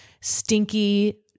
stinky